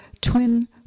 twin